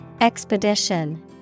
Expedition